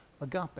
Agape